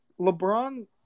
LeBron